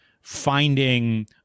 finding